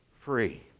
free